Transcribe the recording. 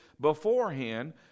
beforehand